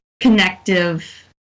connective